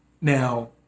Now